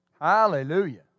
Hallelujah